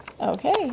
Okay